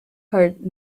heard